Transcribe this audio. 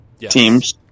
teams